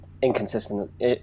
inconsistent